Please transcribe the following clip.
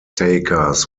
takers